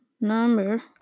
number